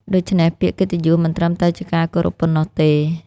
ដូច្នេះ ពាក្យកិត្តិយសមិនត្រឹមតែជាការគោរពប៉ុណ្ណោះទេ។